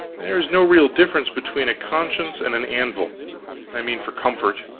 there is no real difference between a conscience and an anvil i mean for comfort.